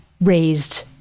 raised